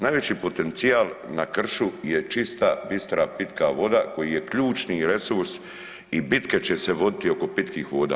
Najveći potencijal na kršu je čista, bistra, pitka voda koji je ključni resurs i bitke će se voditi oko pitkih voda.